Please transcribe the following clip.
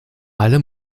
alle